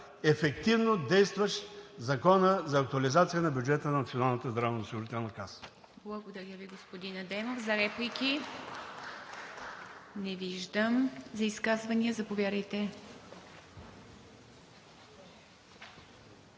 ефективно действащ Закона за актуализация на бюджета на